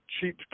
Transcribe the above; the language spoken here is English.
cheap